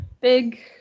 big